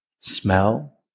Smell